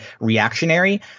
reactionary